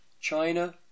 China